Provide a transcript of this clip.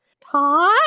Todd